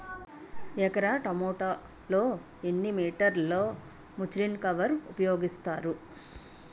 ఎకర టొమాటో లో ఎన్ని మీటర్ లో ముచ్లిన్ కవర్ ఉపయోగిస్తారు?